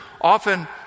often